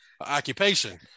occupation